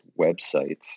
websites